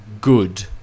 good